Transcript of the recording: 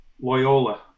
Loyola